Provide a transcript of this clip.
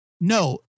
No